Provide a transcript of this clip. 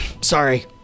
Sorry